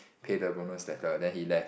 pay the bonus letter then he left